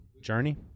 Journey